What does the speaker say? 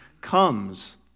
comes